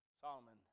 Solomon